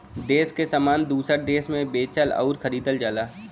देस के सामान दूसर देस मे बेचल अउर खरीदल जाला